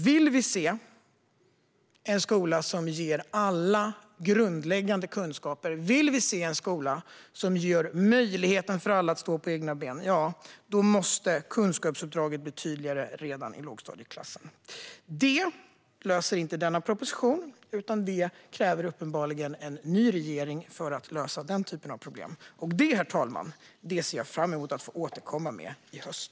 Vill vi se en skola som ger alla grundläggande kunskaper och en skola som ger alla möjlighet att stå på egna ben måste kunskapsuppdraget bli tydligare redan i lågstadieklassen. Det löser inte denna proposition, utan det krävs uppenbarligen en ny regering för att lösa den typen av problem. Det, herr talman, ser jag fram emot att få återkomma med i höst.